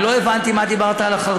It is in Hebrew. אני לא הבנתי, מה אמרת על החרד"לים?